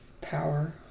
Power